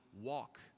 walk